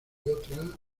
otra